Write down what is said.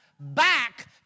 back